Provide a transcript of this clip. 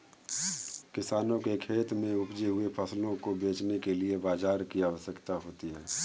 किसानों के खेत में उपजे हुए फसलों को बेचने के लिए बाजार की आवश्यकता होती है